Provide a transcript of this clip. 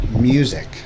music